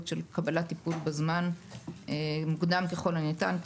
של קבלת טיפול בזמן מוקדם ככל הניתן,